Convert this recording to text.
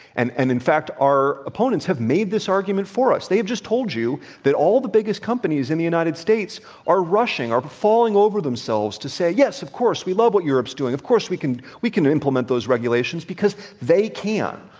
and and, in fact, our opponents have made this argument for us. they have just told you that all the biggest companies in the united states are rushing, are falling over themselves to say, yes, of course, we love what europe is doing of course, we can we can implement those regulations, because they can.